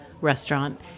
restaurant